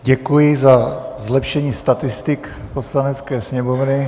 Děkuji za zlepšení statistik Poslanecké sněmovny.